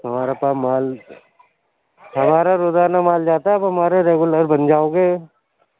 ہمارے پاس مال ہمارا روزانہ مال جاتا ہے آپ ہمارے ریگولر بن جاؤ گے